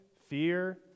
fear